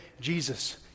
Jesus